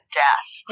death